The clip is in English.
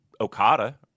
Okada